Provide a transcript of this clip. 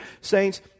saints